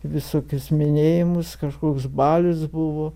visokius minėjimus kažkoks balius buvo